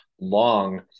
long